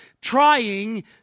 trying